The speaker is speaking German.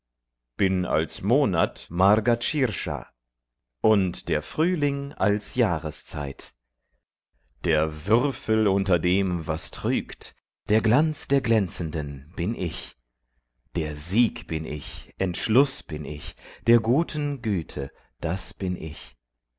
bin als monat mrgarsha und der frühling als jahreszeit der würfel unter dem was trügt der glanz der glänzenden bin ich der sieg bin ich entschluß bin ich der guten güte das bin ich